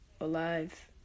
alive